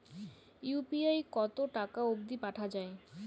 UPI কতো টাকা অব্দি পাঠা যায়?